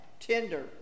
Tender